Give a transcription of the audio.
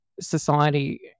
society